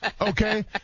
Okay